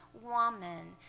woman